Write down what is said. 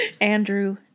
andrew